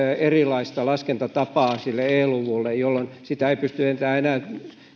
erilaista laskentatapaa sille e luvulle jolloin ei pysty enää enää